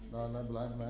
allah bless